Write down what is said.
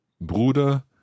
Bruder